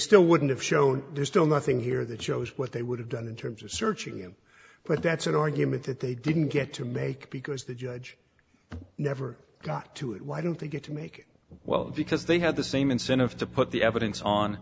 still wouldn't have shown there's still nothing here that shows what they would have done in terms of searching him but that's an argument that they didn't get to make because the judge never got to it why didn't they get to make it well because they had the same incentive to put the evidence on